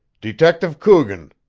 detective coogan,